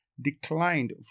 declined